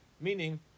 meaning